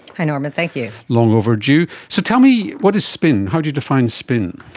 hi norman, thank you. long overdue. so tell me, what is spin, how do you define spin?